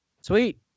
Sweet